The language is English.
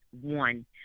one